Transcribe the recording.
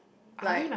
like